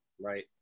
Right